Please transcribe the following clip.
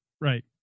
Right